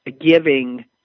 giving